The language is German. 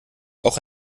auch